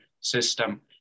system